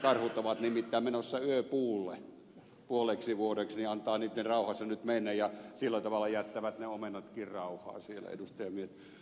karhut ovat nimittäin menossa yöpuulle puoleksi vuodeksi antaa niitten rauhassa nyt mennä ja sillä tavalla jättävät ne omenatkin rauhaan siellä ed